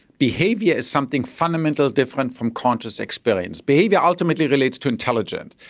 behaviour is something fundamentally different from conscious experience. behaviour ultimately relates to intelligence.